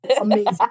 Amazing